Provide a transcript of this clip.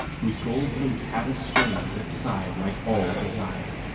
whose gold lute had a string that sighed like all desire.